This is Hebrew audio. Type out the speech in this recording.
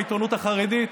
בעיתונות החרדית,